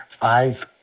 Five